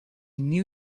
knew